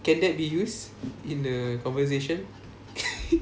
can that be use in the conversation